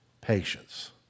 patience